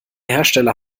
hersteller